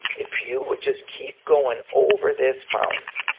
if you would just keep going over this mountain,